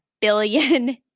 billion